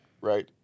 Right